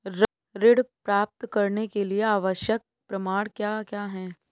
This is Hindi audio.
ऋण प्राप्त करने के लिए आवश्यक प्रमाण क्या क्या हैं?